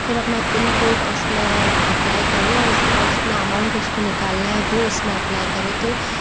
फिर अपना पिनकोड उसमें अप्लाइ करे और उसके बाद जितना अमौउन्ट उसको निकालना है वो उसमें अप्लाइ करे तो